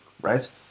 right